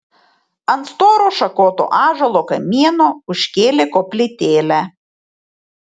ant storo šakoto ąžuolo kamieno užkėlė koplytėlę